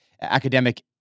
academic